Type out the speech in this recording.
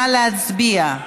נא להצביע.